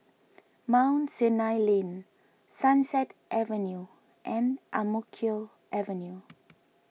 Mount Sinai Lane Sunset Avenue and Ang Mo Kio Avenue